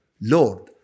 Lord